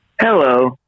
Hello